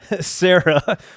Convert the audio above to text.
Sarah